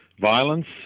violence